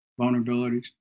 vulnerabilities